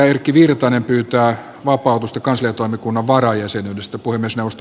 erkki virtanen pyytää vapautusta kansliatoimikunnan varajäsenyydestä